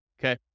Okay